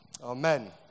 Amen